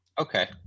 Okay